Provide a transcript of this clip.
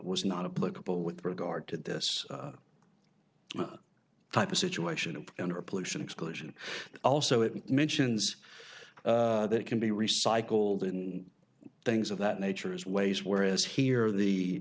was not a political with regard to this type of situation and under pollution exclusion also it mentions that it can be recycled in things of that nature is ways whereas here the